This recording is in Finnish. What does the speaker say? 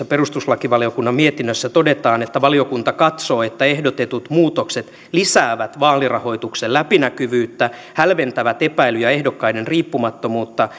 perustuslakivaliokunnan mietinnössä todetaan että valiokunta katsoo että ehdotetut muutokset lisäävät vaalirahoituksen läpinäkyvyyttä hälventävät epäilyjä ehdokkaiden riippumattomuutta